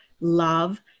love